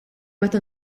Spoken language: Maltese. meta